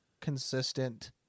consistent